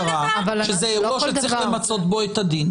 שזה אירוע שצריך למצות בו את הדין.